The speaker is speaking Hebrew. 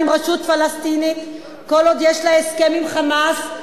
עם הרשות הפלסטינית כל עוד יש לה הסכם עם "חמאס",